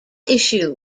issue